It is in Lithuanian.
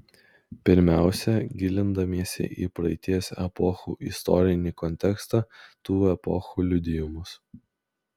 pirmiausia gilindamiesi į praeities epochų istorinį kontekstą tų epochų liudijimus